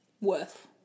worth